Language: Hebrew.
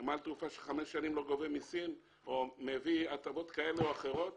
נמל תעופה שחמש שנים לא גובה מיסים או נותן הטבות כאלה או אחרות